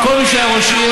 כל מי שהיה ראש עיר,